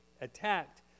attacked